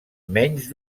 menys